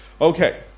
Okay